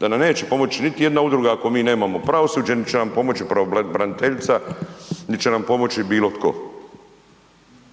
da nam neće pomoći niti jedna udruga ako mi nemamo pravosuđe, niti će nam pomoći pravobraniteljica, niti će nam pomoći bilo tko,